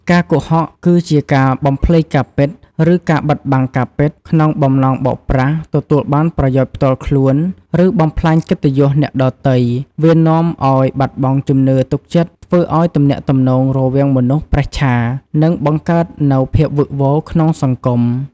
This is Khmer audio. ការកុហក គឺជាការបំភ្លៃការពិត ឬការបិទបាំងការពិត ក្នុងបំណងបោកប្រាស់ ទទួលបានប្រយោជន៍ផ្ទាល់ខ្លួន ឬបំផ្លាញកិត្តិយសអ្នកដទៃ វានាំឱ្យបាត់បង់ជំនឿទុកចិត្ត ធ្វើឲ្យទំនាក់ទំនងរវាងមនុស្សប្រេះឆា និងបង្កើតនូវភាពវឹកវរក្នុងសង្គម។